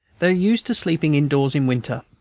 they are used to sleeping indoors in winter,